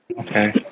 Okay